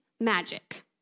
magic